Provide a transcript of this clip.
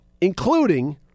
including